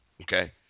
Okay